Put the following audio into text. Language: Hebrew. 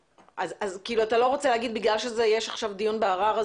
אתה לא רוצה להתייחס בגלל שיש עכשיו דיון בערר?